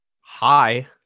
Hi